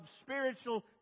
spiritual